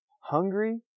hungry